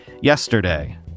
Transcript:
yesterday